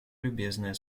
любезные